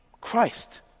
Christ